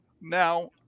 now